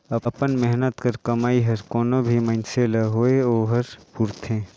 अपन मेहनत कर कमई हर कोनो भी मइनसे ल होए ओहर पूरथे